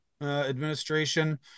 administration